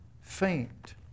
faint